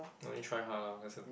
no need try hard lor